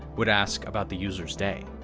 would ask about the user's day.